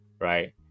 Right